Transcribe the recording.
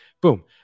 Boom